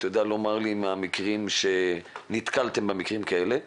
האם אתה יודע לומר לי אם נתקלתם במקרים כאלה וב.